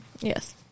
Yes